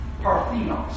Parthenos